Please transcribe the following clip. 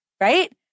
right